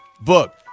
book